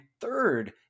third